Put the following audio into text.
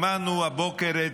שמענו הבוקר את